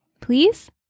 please